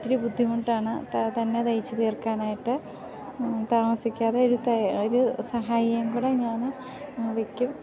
ഒത്തിരി ബുദ്ധിമുട്ടാണ് തന്നെ തയിച്ച് തീർക്കാനായിട്ട് താമസിക്കാതെയൊരു ഒരു സഹായിയേയും കൂടെ ഞാന് വെക്കും